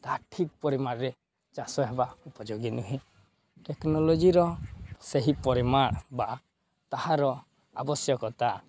ତାହା ଠିକ୍ ପରିମାଣରେ ଚାଷ ହେବା ଉପଯୋଗୀ ନୁହେଁ ଟେକ୍ନୋଲୋଜିର ସେହି ପରିମାଣ ବା ତାହାର ଆବଶ୍ୟକତା